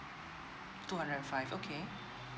two hundred and five okay